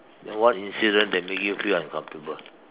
then what incident that make you feel uncomfortable